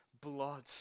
blood